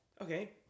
Okay